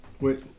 wait